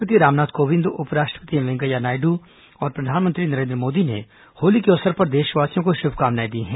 राष्ट्रपति रामनाथ कोविंद उपराष्ट्रपति एम वेंकैया नायडू और प्रधानमंत्री नरेन्द्र मोदी ने होली के अवसर पर देशवासियों को शुभकामनाएं दी हैं